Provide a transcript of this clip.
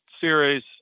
series